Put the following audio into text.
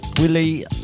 Willie